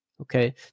Okay